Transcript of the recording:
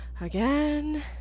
Again